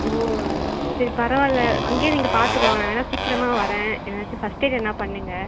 ஓ சரி பரவாயில்லை அங்கேயே நீங்கள் பார்த்துக்கோங்க நான் வேணால் சீக்கிரமாக வரேன் ஏதாச்சும் ஃபஸ்ட் எய்ட் எதனா பண்ணுங்கள்